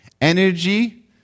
energy